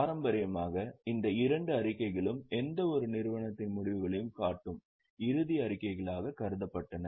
பாரம்பரியமாக இந்த இரண்டு அறிக்கைகளும் எந்தவொரு நிறுவனத்தின் முடிவுகளையும் காட்டும் இறுதி அறிக்கைகளாக கருதப்பட்டன